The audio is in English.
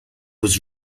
was